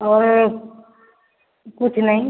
और कुछ नहीं